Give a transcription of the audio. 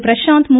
Prashanth மு